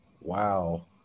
Wow